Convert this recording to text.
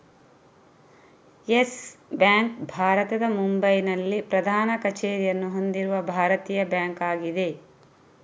Yes Bank ಭಾರತದ ಮುಂಬೈನಲ್ಲಿ ಪ್ರಧಾನ ಕಚೇರಿಯನ್ನು ಹೊಂದಿರುವ ಭಾರತೀಯ ಬ್ಯಾಂಕ್ ಆಗಿದೆ